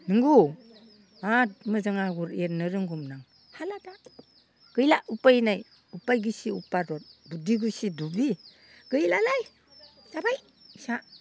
नंगौ माथ मोजां आगर एरनो रोंगौमोन आं हाला दा गैला उपाय नाय उपाय गेसि उपादत बुद्धि गिसि दुब्लि गैलालै जाबाय इसा